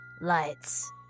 lights